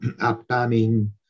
upcoming